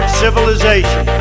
civilization